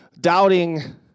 doubting